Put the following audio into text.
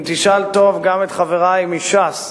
אם תשאל טוב גם את חברי מש"ס,